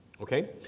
Okay